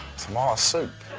tomato soup?